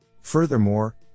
Furthermore